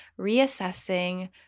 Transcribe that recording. reassessing